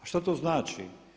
A što to znači?